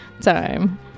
time